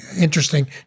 interesting